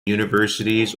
universities